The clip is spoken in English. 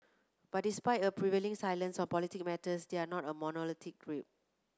but despite a prevailing silence on political matters they are not a monolithic group